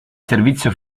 servizio